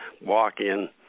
walk-in